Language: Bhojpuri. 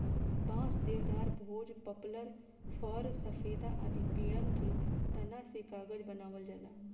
बांस, देवदार, भोज, पपलर, फ़र, सफेदा आदि पेड़न के तना से कागज बनावल जाला